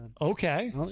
Okay